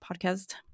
podcast